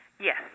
Yes